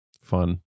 fun